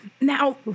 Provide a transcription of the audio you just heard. Now